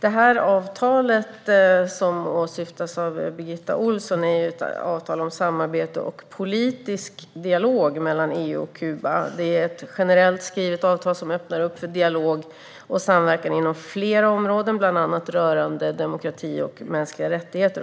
Det avtal som Birgitta Ohlsson syftar på är ett avtal om samarbete och politisk dialog mellan EU och Kuba. Det är ett generellt skrivet avtal som öppnar upp för dialog och samverkan inom flera områden, bland annat rörande demokrati och mänskliga rättigheter.